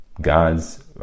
God's